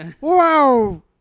wow